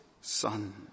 son